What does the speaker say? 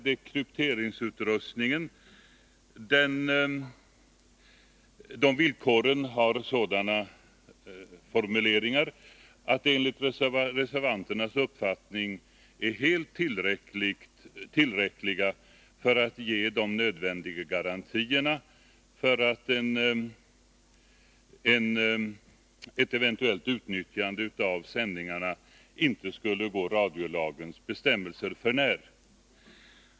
dekrypteringsutrustningen har sådana formuleringar att de enligt reservanternas uppfattning är helt tillräckliga för att ge nödvändiga garantier för att ett eventuellt utnyttjande av sändningarna inte skulle gå radiolagens bestämmelser för när.